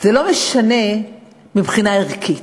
זה לא משנה מבחינה ערכית,